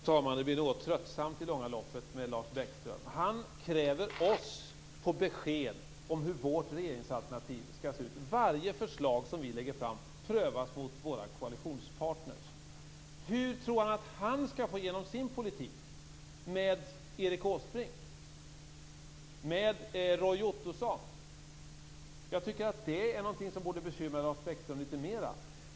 Fru talman! Det blir något tröttsamt i det långa loppet med Lars Bäckström. Han kräver oss på besked om hur vårt regeringsalternativ skall se ut. Varje förslag som vi lägger fram prövas mot våra koalitionspartners förslag. Hur tror han att han skall få igenom sin politik med Erik Åsbrink och med Roy Ottosson. Jag tycker att det är någonting som borde bekymra Lars Bäckström litet mera.